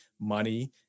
money